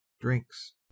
Drinks